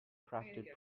crafted